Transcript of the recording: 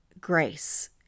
grace